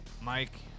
Mike